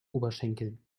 oberschenkeln